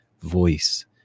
voice